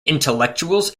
intellectuals